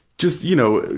just, you know,